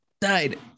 Died